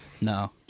No